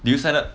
did you sign up